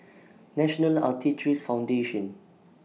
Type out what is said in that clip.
National Arthritis Foundation